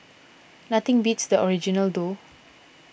nothing beats the original though